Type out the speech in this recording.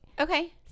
okay